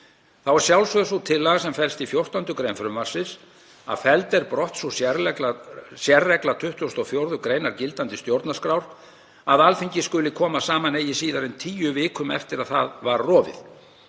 að sjálfsögðu sú tillaga sem felst í 14. gr. frumvarpsins að felld er brott sú sérregla 24. gr. gildandi stjórnarskrár að Alþingi skuli koma saman eigi síðar en tíu vikum eftir að það var rofið.